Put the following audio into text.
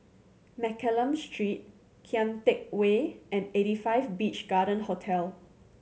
Mccallum Street Kian Teck Way and Eighty Five Beach Garden Hotel